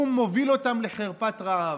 הוא מוביל אותם לחרפת רעב.